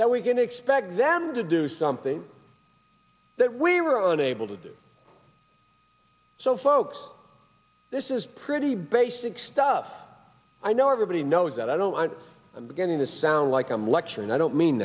that we can expect them to do something that we were unable to do so folks this is pretty basic stuff i know everybody knows that i don't want i'm beginning to sound like i'm lecturing i don't mean